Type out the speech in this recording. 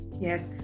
yes